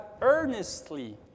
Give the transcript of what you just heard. earnestly